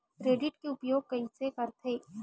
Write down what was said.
Credit के उपयोग कइसे करथे?